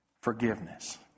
forgiveness